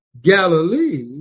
Galilee